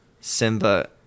Simba